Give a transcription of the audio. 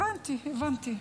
הבנתי, הבנתי.